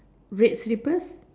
red slippers